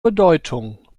bedeutung